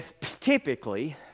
typically